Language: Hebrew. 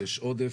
יש עודף.